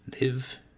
live